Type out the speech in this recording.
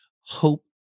hope